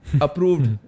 approved